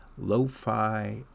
lo-fi